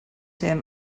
him